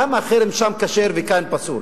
למה החרם שם כשר וכאן פסול?